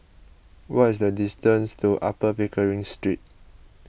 what is the distance to Upper Pickering Street